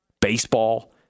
baseball